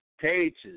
pages